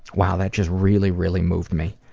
wow, that just really, really moved me.